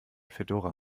fedora